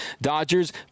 Dodgers